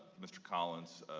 mr. collins,